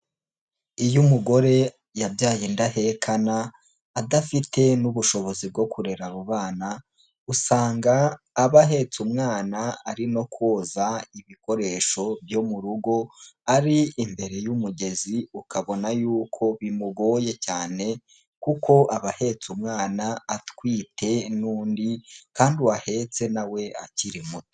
Iyo umugore yabyaye indahekana adafite n'ubushobozi bwo kurera abo bana, usanga aba ahetse umwana ari no koza ibikoresho byo mu rugo, ari imbere y'umugezi ukabona y'uko bimugoye cyane, kuko aba ahetse umwana atwite n'undi kandi uwo ahetse na we akiri muto.